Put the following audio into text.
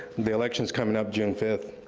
the election's coming up june fifth,